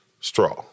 straw